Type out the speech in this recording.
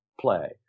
play